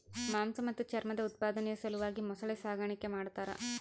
ಮಾಂಸ ಮತ್ತು ಚರ್ಮದ ಉತ್ಪಾದನೆಯ ಸಲುವಾಗಿ ಮೊಸಳೆ ಸಾಗಾಣಿಕೆ ಮಾಡ್ತಾರ